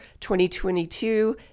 2022